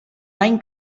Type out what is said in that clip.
dany